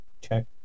check